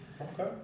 Okay